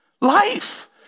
Life